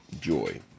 joy